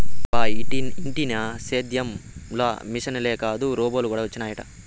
బా ఇంటినా సేద్యం ల మిశనులే కాదు రోబోలు కూడా వచ్చినయట